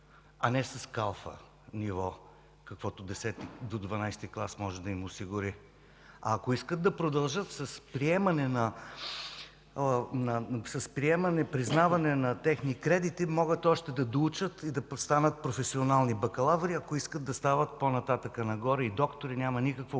с ниво калфа, каквото до ХІІ клас може да им се осигури. А ако искат да продължат с признаване на техни кредити, могат още да доучат и да станат професионални бакалаври. Ако искат да стават по-нататък и доктори – няма никакво